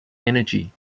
energy